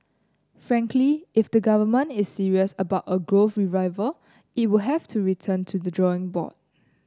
frankly if the government is serious about a growth revival it will have to return to the drawing board